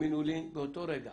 תאמינו לי, באותו רגע